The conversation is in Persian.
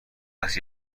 است